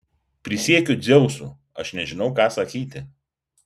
prisiekiu dzeusu aš nežinau ką sakyti